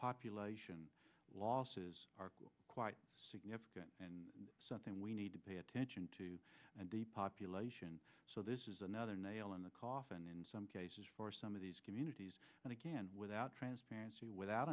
population losses are quite significant and something we need to pay attention to and the population so this is another nail in the coffin in some cases for some of these communities and again without transparency without